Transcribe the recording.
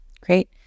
Great